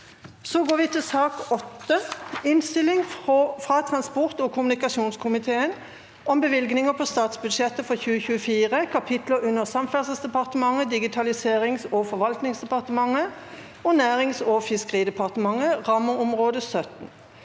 ak nr. 8 Innstilling fra transport- og kommunikasjonskomi- teen om bevilgninger på statsbudsjettet for 2024, kapitler under Samferdselsdepartementet, Digitaliserings- og for- valtningsdepartementet og Nærings- og fiskerideparte- mentet (rammeområde 17)